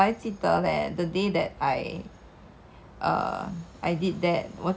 spatula 这些还要洗 then 那个 uh mixer 也要洗